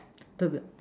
does